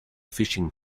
fishing